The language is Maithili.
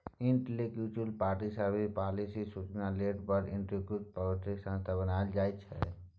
इंटलेक्चुअल प्रापर्टी सर्विस, पालिसी सुचना लेल वर्ल्ड इंटलेक्चुअल प्रापर्टी संस्था बनल छै